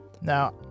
now